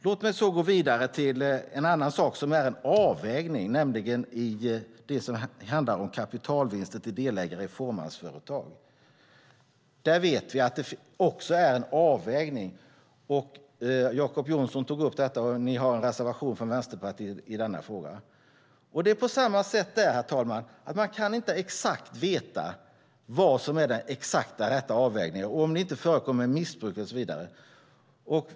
Låt mig så gå vidare till en annan sak som är en avvägning, och det är kapitalvinster till delägare i fåmansföretag. Där vet vi att det också är en avvägning. Jacob Johnson tog upp detta, och ni har en reservation från Vänsterpartiet i denna fråga. Det är på samma sätt där, herr talman: Man kan inte exakt veta vad som är den exakt rätta avvägningen, om det inte förekommer missbruk och så vidare.